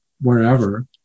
wherever